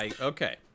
Okay